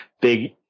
big